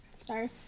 Sorry